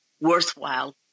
worthwhile